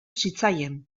zitzaien